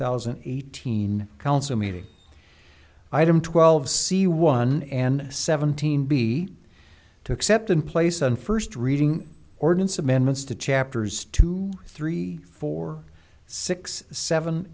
thousand and eighteen council meeting item twelve c one and seventeen b to accept and place on first reading ordinance amendments to chapters two three four six seven